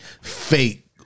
fake